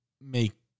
make